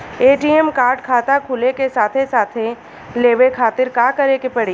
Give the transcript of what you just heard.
ATM card खाता खुले के साथे साथ लेवे खातिर का करे के पड़ी?